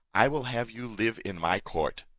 i will have you live in my court.